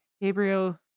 Gabriel